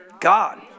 God